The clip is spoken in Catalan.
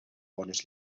bones